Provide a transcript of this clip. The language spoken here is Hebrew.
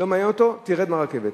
לא מעניין אותו, תרד מהרכבת.